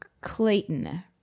Clayton